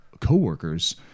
coworkers